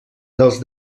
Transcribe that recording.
dels